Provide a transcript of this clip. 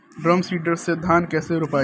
Drum seeder से धान कैसे रोपाई?